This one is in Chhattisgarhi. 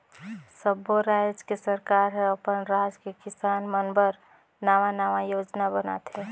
सब्बो रायज के सरकार हर अपन राज के किसान मन बर नांवा नांवा योजना बनाथे